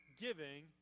giving